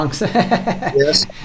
Yes